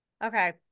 Okay